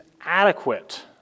adequate